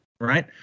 Right